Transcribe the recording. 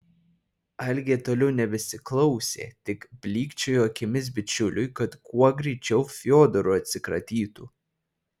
algė toliau nebesiklausė tik blykčiojo akimis bičiuliui kad kuo greičiau fiodoru atsikratytų